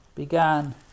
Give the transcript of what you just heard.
began